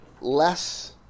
less